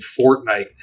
Fortnite